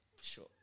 Sure